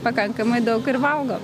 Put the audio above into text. pakankamai daug ir valgo